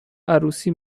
عروسی